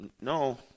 No